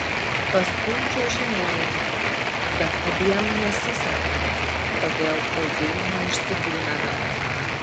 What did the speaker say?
paskui čiuožinėjame bet abiem nesiseka todėl ilgai neužsibūname